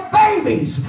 babies